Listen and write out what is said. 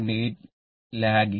8 lagging